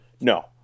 No